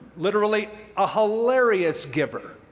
literally a hilarious giver.